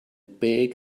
big